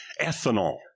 ethanol